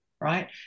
right